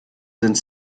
sind